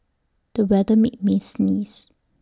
the weather made me sneeze